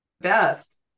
best